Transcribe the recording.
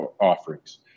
offerings